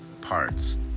parts